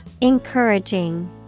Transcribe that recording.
Encouraging